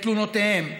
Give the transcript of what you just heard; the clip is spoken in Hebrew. את תלונותיהם,